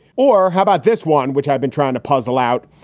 or how about this one, which i've been trying to puzzle out?